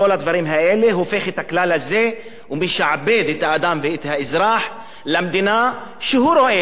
הופך את הכלל ומשעבד את האדם ואת האזרח למדינה שהוא רואה לפי ראייתו.